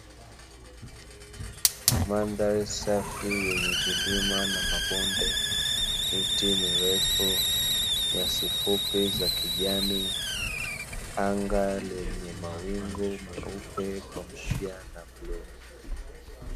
Mandhari safi yenye vilima na mabonde, miti mirefu, nyasi fupi za kijani, anga yenye mawingu meupe pamoja na bluu.